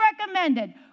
recommended